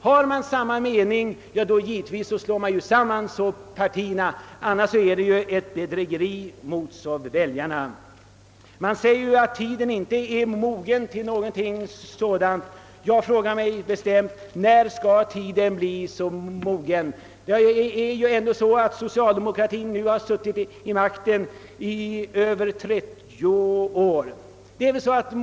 Har man samma mening slår man givetvis samman partierna. Det sägs att tiden inte är mogen för något sådant. Jag frågar då när tiden skall bli mogen. Socialdemokraterna har nu suttit vid makten i över 30 år.